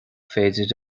féidir